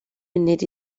munud